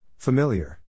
Familiar